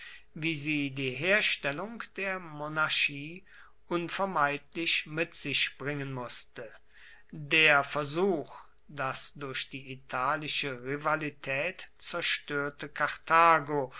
wie sie die herstellung der monarchie unvermeidlich mit sich bringen mußte der versuch das durch die italische rivalität zerstörte karthago